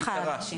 בקצרה.